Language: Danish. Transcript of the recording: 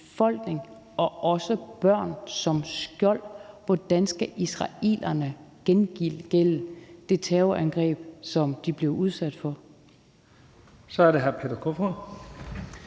og også børn som skjold. Hvordan skal israelerne gengælde det terrorangreb, som de blev udsat for? Kl. 14:46 Første